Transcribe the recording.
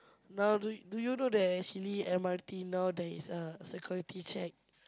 now do you do you know that actually M_R_T now there is a security check